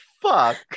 fuck